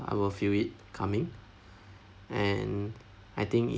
I will feel it coming and I think